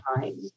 time